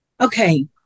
Okay